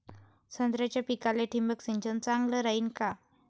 संत्र्याच्या पिकाले थिंबक सिंचन चांगलं रायीन का?